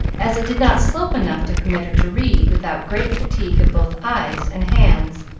as it did not slope enough to permit her to read without great fatigue of both eyes and hands.